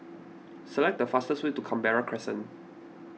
select the fastest way to Canberra Crescent